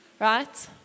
Right